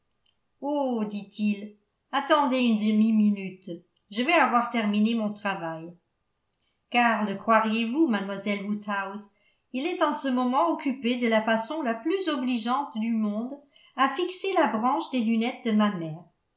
oh dit-il attendez une demi-minute je vais avoir terminé mon travail car le croiriez-vous mlle woodhouse il est en ce moment occupé de la façon la plus obligeante du monde à fixer la branche des lunettes de ma mère